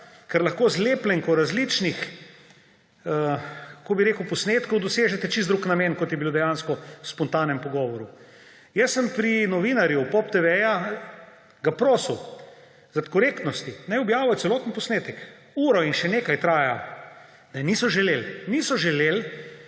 ker lahko z lepljenko različnih – kako bi rekel? – posnetkov dosežete čisto drug namen, kot je bil dejansko v spontanem pogovoru. Jaz sem novinarja POP TV prosil, naj zaradi korektnosti objavijo celoten posnetek, uro in še nekaj traja. Ne, niso želeli. Niso želeli